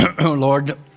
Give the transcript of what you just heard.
Lord